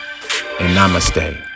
namaste